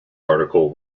article